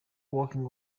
working